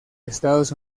estados